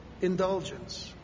indulgence